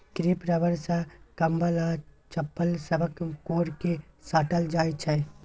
crepe rubber सँ कंबल आ चप्पल सभक कोर केँ साटल जाइ छै